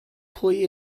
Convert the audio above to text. pwy